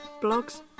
blogs